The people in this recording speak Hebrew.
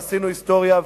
ועשינו היסטוריה,